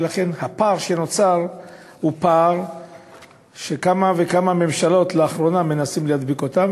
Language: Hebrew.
ולכן הפער שנוצר הוא פער שכמה וכמה ממשלות לאחרונה מנסות להדביק אותו.